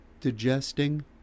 digesting